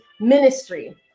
ministry